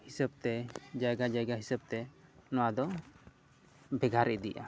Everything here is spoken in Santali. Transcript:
ᱦᱤᱥᱟᱹᱵ ᱛᱮ ᱡᱟᱭᱜᱟ ᱡᱟᱭᱜᱟ ᱦᱤᱥᱟᱹᱵ ᱛᱮ ᱱᱚᱣᱟ ᱫᱚ ᱵᱷᱮᱜᱟᱨ ᱤᱫᱤᱜᱼᱟ